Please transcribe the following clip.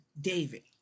David